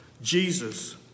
Jesus